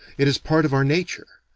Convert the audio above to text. it is part of our nature,